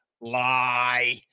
Lie